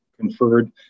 conferred